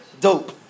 dope